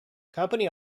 company